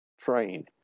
train